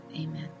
Amen